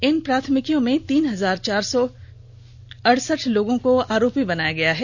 इन प्राथमिकियों में तीन हजार चार सौ अदसठ लोगों को आरोपी बनाया गया है